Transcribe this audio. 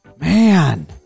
man